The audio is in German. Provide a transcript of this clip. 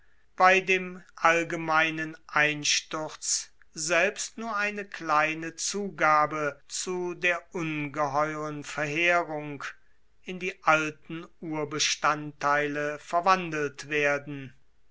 bei dem allgemeinen einsturz selbst nur eine kleine zugabe zu der ungeheuern verheerung in die alten urbestandtheile verwandelt werden